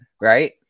right